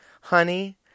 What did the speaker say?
Honey